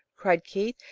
cried keith.